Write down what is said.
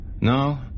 No